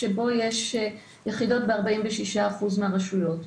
בו יש יחידות ב-46% מהרשויות.